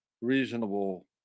reasonable